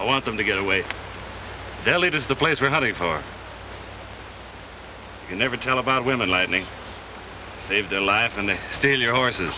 i want them to get away their lead is the place we're heading for you never tell about women lightning save their life and they're still your horses